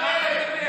על מה אתה מדבר?